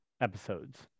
episodes